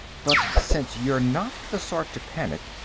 but since you're not the sort to panic,